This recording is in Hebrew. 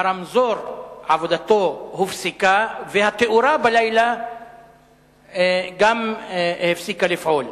עבודתו הופסקה והתאורה בלילה גם הפסיקה לפעול.